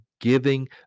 giving